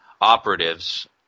operatives